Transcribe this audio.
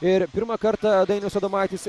ir pirmą kartą dainius adomaitis